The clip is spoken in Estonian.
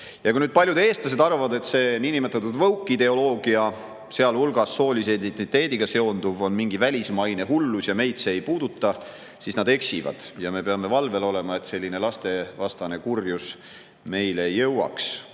kui paljud eestlased arvavad, et see niinimetatudwoke-ideoloogia, sealhulgas soolise identiteediga seonduv, on mingi välismaine hullus ja meid see ei puuduta, siis nad eksivad. Me peame valvel olema, et selline lastevastane kurjus meile ei jõuaks.